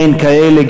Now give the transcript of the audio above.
אין כאלה.